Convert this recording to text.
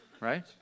right